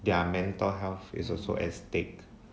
their mental health is also at stake